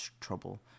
trouble